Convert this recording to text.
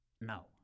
no